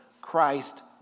Christ